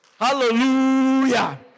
Hallelujah